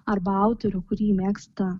arba autorių kurį mėgsta